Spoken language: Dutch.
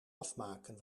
afmaken